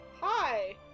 Hi